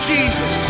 Jesus